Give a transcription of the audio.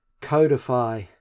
codify